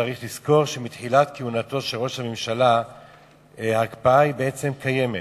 צריך לזכור שמתחילת כהונתו של ראש הממשלה ההקפאה בעצם קיימת.